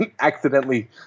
accidentally